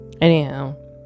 Anyhow